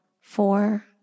four